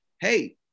hey